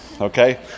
okay